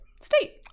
state